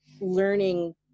learning